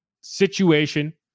situation